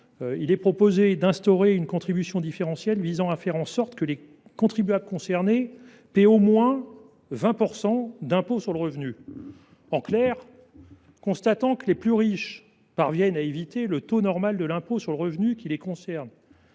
l’article 3 d’instaurer une contribution différentielle visant à faire en sorte que les contribuables concernés paient au moins 20 % d’impôt sur le revenu. En clair, constatant que les plus riches parviennent à éviter le taux normal de l’impôt sur le revenu qui les concerne,